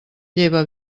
lleva